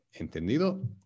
Entendido